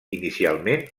inicialment